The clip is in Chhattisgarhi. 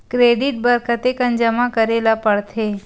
क्रेडिट बर कतेकन जमा करे ल पड़थे?